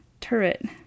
turret